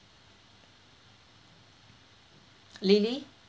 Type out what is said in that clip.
lilly